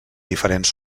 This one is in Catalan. diferents